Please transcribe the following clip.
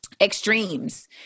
extremes